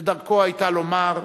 ודרכו היתה לומר,